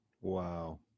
Wow